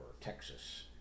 Texas